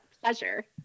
pleasure